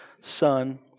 Son